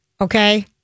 okay